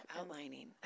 Outlining